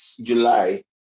July